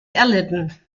erlitten